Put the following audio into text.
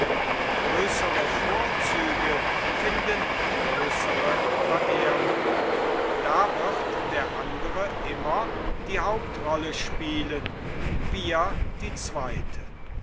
größre vorzüge finden größre verehrung da wird der andre immer die hauptrolle spielen wir die zweite